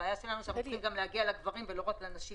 הבעיה שלנו היא שאנחנו רוצים להגיע גם לגברים ולא רק לנשים.